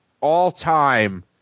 all-time